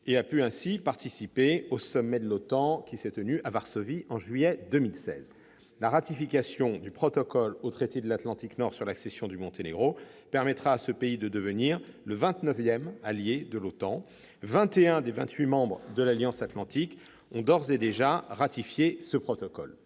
et a pu ainsi participer au sommet de l'OTAN à Varsovie, en juillet 2016. La ratification du protocole au traité de l'Atlantique Nord sur l'accession du Monténégro permettra à ce pays de devenir le vingt-neuvième allié de l'OTAN. Vingt et un des vingt-huit membres de l'Alliance atlantique ont d'ores et déjà ratifié ce protocole.